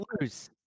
lose